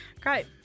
great